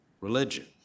religion